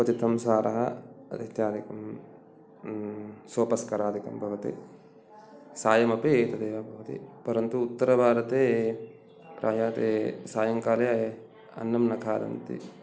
क्वथितं सारः इत्यादिकं सोपस्करादिकं भवति सायमपि एतदेव भवति परन्तु उत्तरभारते प्रायः ते सायङ्काले अन्नं न खादन्ति